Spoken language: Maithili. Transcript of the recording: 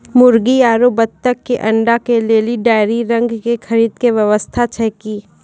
मुर्गी आरु बत्तक के अंडा के लेली डेयरी रंग के खरीद के व्यवस्था छै कि?